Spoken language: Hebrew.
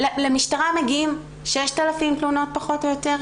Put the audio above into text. למשטרה מגיעות 6,000 תלונות פחות או יותר,